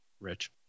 rich